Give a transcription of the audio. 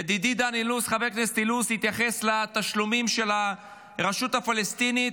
ידידי חבר הכנסת אילוז התייחס לתשלומים של הרשות הפלסטינית.